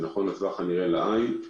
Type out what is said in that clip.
נכון לטווח הנראה לעין,